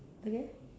again